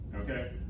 Okay